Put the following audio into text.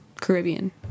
Caribbean